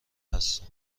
هستم